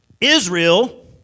israel